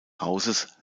hauses